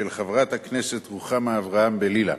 של חברת הכנסת רוחמה אברהם-בלילא.